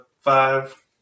five